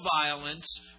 violence